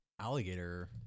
alligator